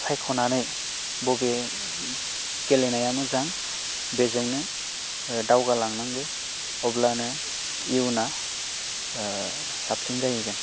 सायख'नानै बबे गेलेनाया मोजां बेजोंनो दावगालांनांगो अब्लानो इयुना साबसिन जाहैगाोन